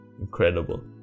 incredible